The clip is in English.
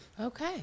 Okay